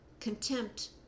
contempt